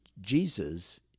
Jesus